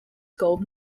gold